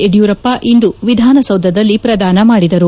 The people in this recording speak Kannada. ಯಡಿಯೂರಪ್ಪ ಇಂದು ವಿಧಾನಸೌಧದಲ್ಲಿ ಪ್ರದಾನ ಮಾಡಿದರು